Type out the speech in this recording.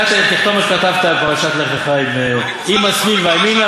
אתה תכתוב מה שכתבת על פרשת לך לך: אם השמאל ואימינה,